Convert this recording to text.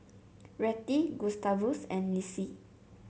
Rettie Gustavus and Lissie